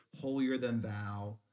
holier-than-thou